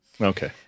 Okay